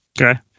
Okay